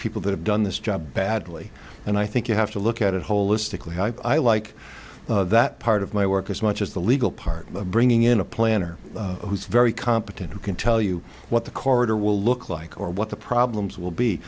people that have done this job badly and i think you have to look at it holistically i like that part of my work as much as the legal part of bringing in a planner who's very competent who can tell you what the corridor will look like or what the problems will be